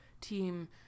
team